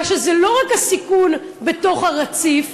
מה שזה לא רק הסיכון בתוך הרציף,